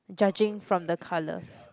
judging from the colours